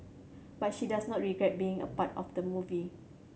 but she does not regret being a part of the movie